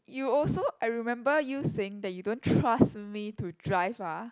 you also I remember you saying that you don't trust me to drive ah